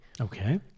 Okay